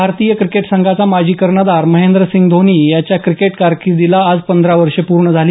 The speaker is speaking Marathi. भारतीय क्रिकेट संघाचा माजी कर्णधार महेंद्रसिंह धोनी याच्या क्रिकेट कारकीर्दीला आज पंधरा वर्ष पूर्ण झाली